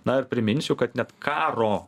na ir priminsiu kad net karo